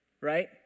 right